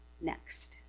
Next